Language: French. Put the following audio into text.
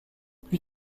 plus